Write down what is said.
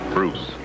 Bruce